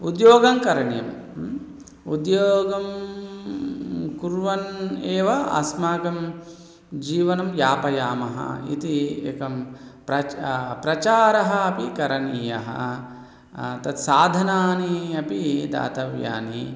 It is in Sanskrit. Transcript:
उद्योगं करणीयम् उद्योगं कुर्वन् एव अस्माकं जीवनं यापयामः इति एकः प्रच् प्रचारः अपि करणीयः तत्साधनानि अपि दातव्यानि